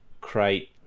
crate